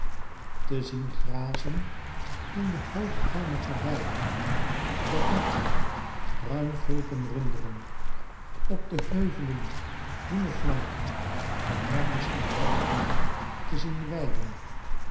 te zien grazen in de hoog halmige weiden de vette bruin fulpen runderen op der heuvelen groene flanken de herders en herderinnen te zien weiden